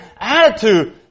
attitude